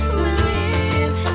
believe